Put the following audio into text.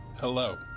Hello